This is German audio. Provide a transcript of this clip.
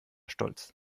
stolz